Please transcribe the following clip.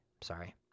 Sorry